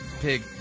pig